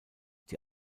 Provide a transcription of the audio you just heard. die